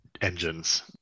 engines